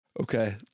Okay